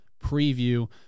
preview